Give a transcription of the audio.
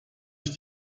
ich